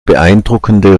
beeindruckende